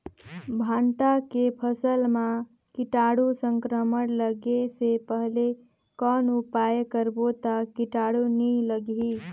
भांटा के फसल मां कीटाणु संक्रमण लगे से पहले कौन उपाय करबो ता कीटाणु नी लगही?